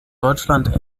deutschland